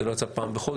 זה לא יוצא פעם בחודש,